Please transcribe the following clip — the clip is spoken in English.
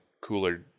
cooler